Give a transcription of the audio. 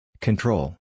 Control